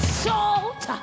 salt